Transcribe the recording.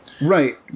right